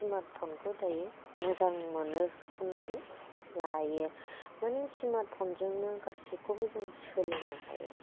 स्मार्टफ'नखौ दायो मोजां मोनो होननानै लायो माने स्मार्टफ'नजोंनो गासैखौबो जों सोलिनो हाया